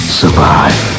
survive